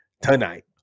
tonight